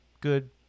good